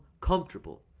comfortable